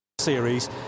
Series